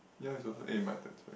ya it's also eh my turn sorry